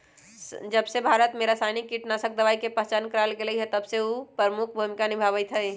जबसे भारत में रसायनिक कीटनाशक दवाई के पहचान करावल गएल है तबसे उ प्रमुख भूमिका निभाई थई